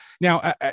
Now